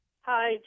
Hi